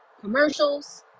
commercials